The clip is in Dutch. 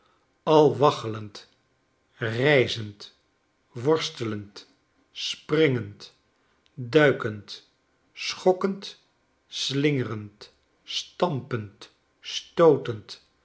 al waggelend rijzend worstelend springend duikend schokkend slingerend stampend stootend